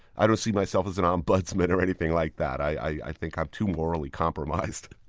i don't see myself as an ombudsman or anything like that. i think i'm too morally compromised